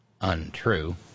untrue